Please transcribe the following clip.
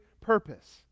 purpose